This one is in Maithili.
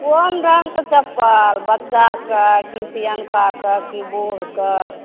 कोन रङ्गके चप्पल बच्चाके कि सियनकाके कि बूढ़के